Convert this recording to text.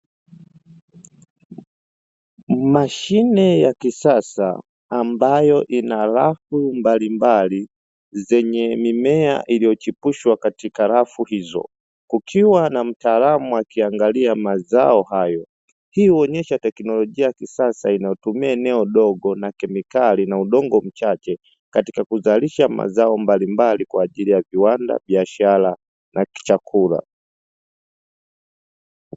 Mashine ya kisasa ambayo ina rafu mbalimbali zenye mimea iliyochipushwa katika rafu hizo, kukiwa na mtaalamu akiangalia mazao hayo; hii huonesha teknolojia ya kisasa inayotumia eneo dogo na kemikali na udongo mchache katika kuzalisha mazao mbalimbali kwa ajili ya viwanda ,biashara na chakula.